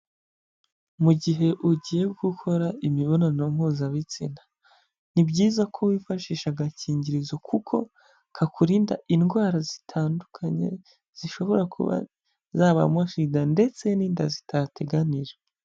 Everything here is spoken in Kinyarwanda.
Mu gihe ugiye gukora imibonano mpuzabitsina, ni byiza ko wifashisha agakingirizo kuko kakurinda indwara zitandukanye, zishobora kuba zabamo SIDA ndetse n'inda zitateganijwe.